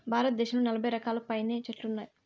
భారతదేశంలో నలబై రకాలకు పైనే చెట్లు ఉన్నాయి